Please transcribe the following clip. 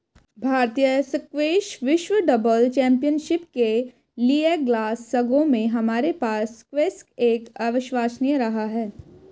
भारतीय स्क्वैश विश्व doubles championship के लिएग्लासगो में हमारे पास स्क्वैश एक अविश्वसनीय रहा है